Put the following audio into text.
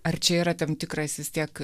ar čia yra tam tikras vis tiek